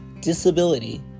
disability